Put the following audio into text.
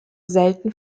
selten